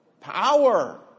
Power